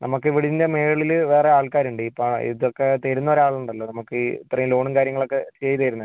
നമുക്കിവിടെ ഇതിൻ്റെ മുകളില് വേറെ ആൾക്കാരുണ്ട് ഇപ്പം ഇതൊക്കെ തരുന്നൊരാളുണ്ടല്ലോ നമുക്ക് ഇത്രയും ലോണും കാര്യങ്ങളൊക്കെ ചെയ്തു തരുന്നത്